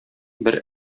бер